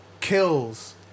kills